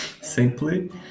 simply